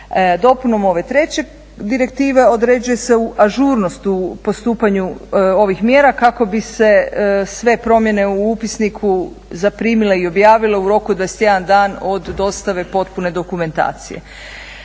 Dopunom ove treće direktive određuje se ažurnost u postupanju ovih mjera kako bi se sve promjene u upisniku zaprimile i objavile u roku od 21 dan od dostave potpune dokumentacije.